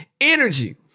Energy